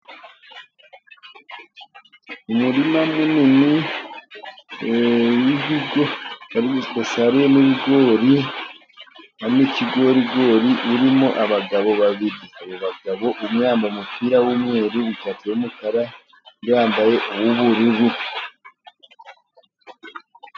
Umurima munini basaruyemo ibigori, harimo ikigorigori, urimo abagabo babiri. Abo bagabo umwe yambaye mupira w'umweru, ipataro y'umukara, undi yambaye umupira w'bururu.